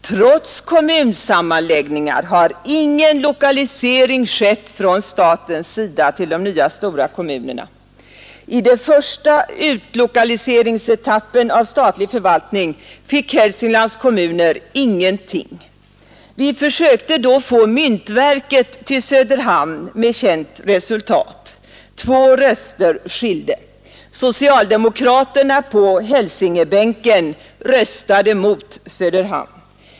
Trots kommunsammanläggningar har ingen lokalisering skett från statens sida till de nya stora kommunerna. I den första utlokaliseringsetappen av statlig förvaltning fick Hälsinglands kommuner ingenting. Vi försökte då få myntverket till Söderhamn med känt resultat — två röster skilde. Socialdemokraterna på hälsingebänken röstade mot Söderhamn.